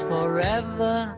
Forever